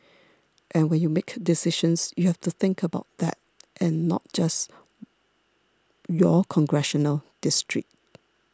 and when you make decisions you have to think about that and not just your congressional district